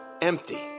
empty